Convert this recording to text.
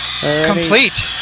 Complete